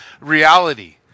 reality